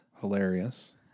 Hilarious